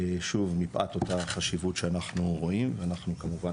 שוב מפאת אותה חשיבות שאנחנו רואים אנחנו כמובן